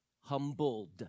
Humbled